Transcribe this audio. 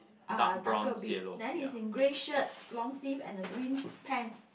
uh darker abit then is in grey shirt long sleeve and a green pants